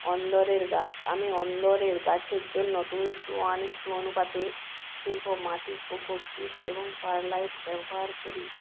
অন্দরের গাছ আমি অন্দরের গাছের জন্য two is to one is two অনুপাতে শিল্প মাটি কোকোপিট এবং পারলাইট ব্যবহার করি